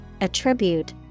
attribute